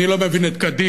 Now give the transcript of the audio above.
אני לא מבין את קדימה,